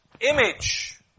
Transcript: image